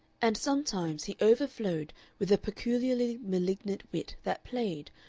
and sometimes he overflowed with a peculiarly malignant wit that played,